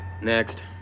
next